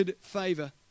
favor